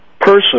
person